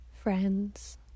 friends